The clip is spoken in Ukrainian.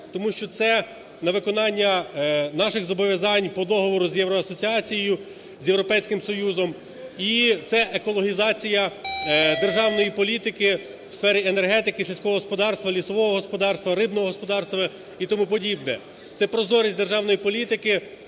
тому що це на виконання наших зобов'язань по договору з євроасоціацією, з Європейським Союзом і це екологізація державної політики у сфері енергетики, сільського господарства, лісового господарства, рибного господарства і тому подібне, це прозорість державної політики